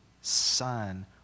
son